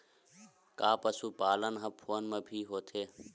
का पशुपालन ह फोन म भी होथे?